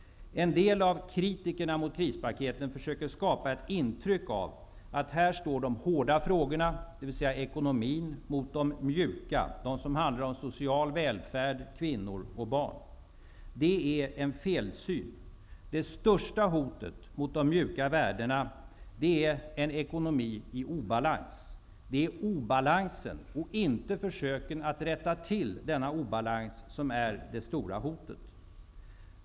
En del av kritikerna när det gäller krispaketen försöker skapa ett intryck av att här står de hårda frågorna, dvs. ekonomin, mot de mjuka som handlar om social välfärd, kvinnor och barn. Det är en felsyn. Det största hotet mot de mjuka värdena är en ekonomi i obalans. Det är obalansen, inte försöken att komma till rätta med denna obalans, som är det stora hotet.